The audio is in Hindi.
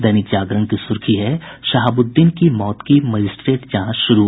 दैनिक जागरण की सुर्खी है शहाबुद्दीन की मौत की मजिस्ट्रेट जांच शुरू